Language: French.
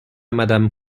madame